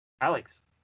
Alex